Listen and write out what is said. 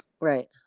Right